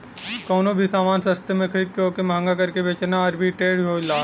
कउनो भी समान के सस्ते में खरीद के वोके महंगा करके बेचना आर्बिट्रेज होला